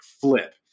flip